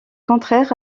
contraires